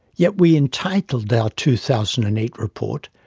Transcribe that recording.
yet we entitled our two thousand and eight report,